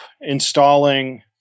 installing